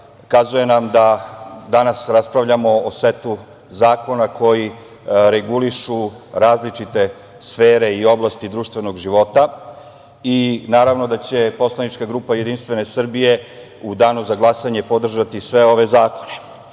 ukazuje nam da danas raspravljamo o setu zakona koji regulišu različite sfere i oblasti društvenog života. Naravno da će poslanička grupa JS u Danu za glasanje podržati sve ove zakone. Ovim